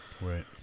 Right